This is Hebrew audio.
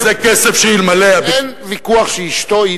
אין ויכוח שאשתו היא,